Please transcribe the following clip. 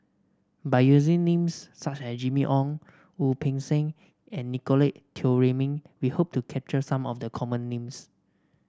by using names such as Jimmy Ong Wu Peng Seng and Nicolette Teo Wei Min we hope to capture some of the common names